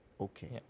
Okay